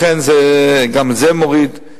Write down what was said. לכן, גם זה מוריד.